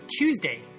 Tuesday